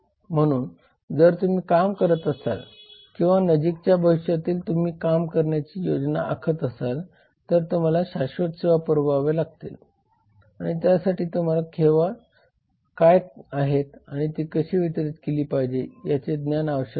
म्हणून जर तुम्ही काम करत असाल किंवा नजीकच्या भविष्यात तुम्ही काम करण्याची योजना आखत असाल तर तुम्हाला शाश्वत सेवा पुरवाव्या लागतील आणि त्यासाठी तुम्हाला सेवा काय आहेत आणि ती कशी वितरित केली पाहिजे याचे ज्ञान आवश्यक आहे